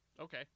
Okay